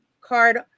card